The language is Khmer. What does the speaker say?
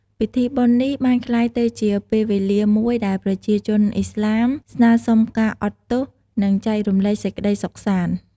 ពីធីបុណ្យនេះបានក្លាយទៅជា ពេលវេលាមួយដែលប្រជាជនឥស្លាម ស្នើសុំការអត់ទោស និងចែករំលែកសេចក្ដីសុខសាន្ត។